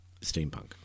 steampunk